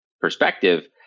perspective